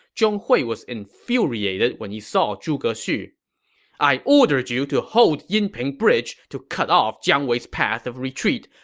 zhong hui was infuriated when he saw zhuge xu i ordered you to hold yinping bridge to cut off jiang wei's path of retreat.